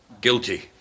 guilty